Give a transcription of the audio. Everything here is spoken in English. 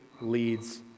leads